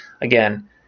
Again